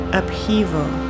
upheaval